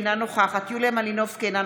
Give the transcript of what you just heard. אינה נוכחת יוליה מלינובסקי קונין,